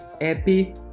happy